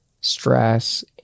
stress